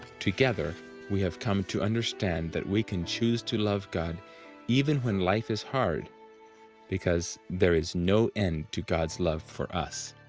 together we have come to understand that we can choose to love god even when life is hard because there is no end to god's love for us.